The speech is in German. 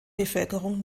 bevölkerung